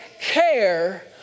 care